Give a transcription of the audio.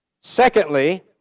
Secondly